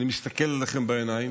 אני מסתכל אליכם בעיניים,